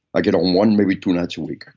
i get home one, maybe two nights a week.